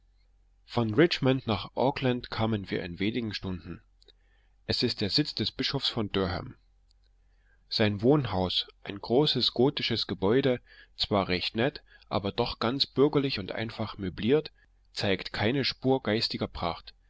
von richmond nach aukland kamen wir in wenigen stunden es ist der sitz des bischofs von durham sein wohnhaus ein großes gotisches gebäude zwar recht nett aber doch ganz bürgerlich und einfach möbliert zeigt keine spur geistlicher pracht